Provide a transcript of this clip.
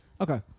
okay